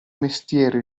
mestiere